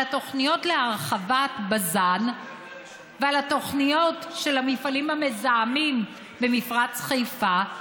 על התוכניות להרחבת בז"ן ועל התוכניות של המפעלים המזהמים במפרץ חיפה,